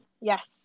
yes